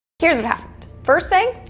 here's what happened. first thing,